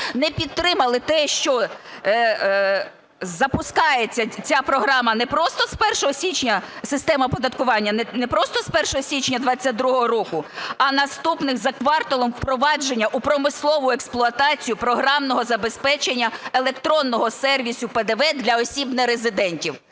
не підтримало те, що запускається ця програма не просто з 1 січня, система оподаткування, не просто з 1 січня 2022 року, а наступних за кварталом впровадження у промислову експлуатацію програмного забезпечення електронного сервісу ПДВ для осіб нерезидентів.